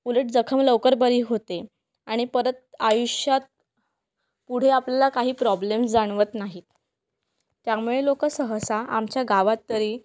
उलट जखम लवकर बरी होते आणि परत आयुष्यात पुढे आपल्याला काही प्रॉब्लेम जाणवत नाहीत त्यामुळे लोक सहसा आमच्या गावात तरी